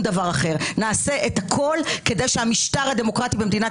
נעשה את הכל כדי שהמשטר הדמוקרטי במדינת